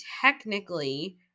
technically